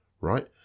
Right